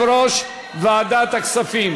אל יושב-ראש ועדת הכספים.